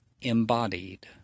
embodied